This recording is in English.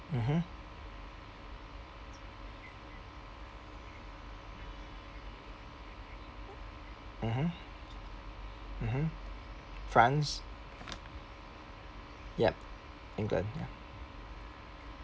mmhmm mmhmm mmhmm france yup england ya